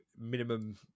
minimum